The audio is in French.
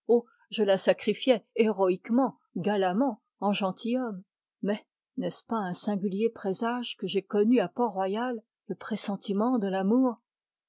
je la sacrifiais héroïquement galamment en gentilhomme mais n'est-ce pas un singulier présage que j'aie connu à port-royal le pressentiment de l'amour